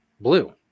blue